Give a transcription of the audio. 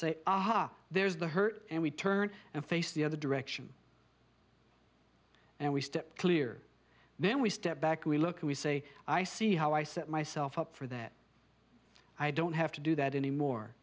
ah there's the hurt and we turn and face the other direction and we step clear then we step back we look we say i see how i set myself up for that i don't have to do that anymore